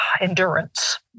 endurance